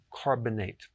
carbonate